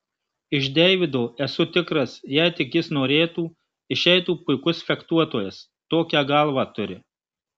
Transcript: iš deivido esu tikras jei tik jis norėtų išeitų puikus fechtuotojas tokią galvą turi